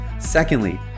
Secondly